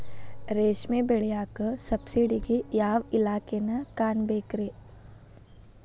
ರೇಷ್ಮಿ ಬೆಳಿಯಾಕ ಸಬ್ಸಿಡಿಗೆ ಯಾವ ಇಲಾಖೆನ ಕಾಣಬೇಕ್ರೇ?